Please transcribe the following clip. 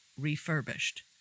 refurbished